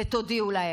ותודיעו להם.